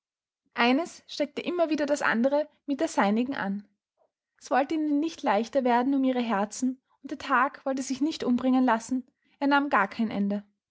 eines steckte immer wieder das andere mit der seinigen an es wollte ihnen nicht leichter werden um ihre herzen und der tag wollte sich nicht umbringen lassen er nahm gar kein ende